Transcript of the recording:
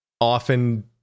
often